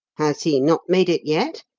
has he not made it yet?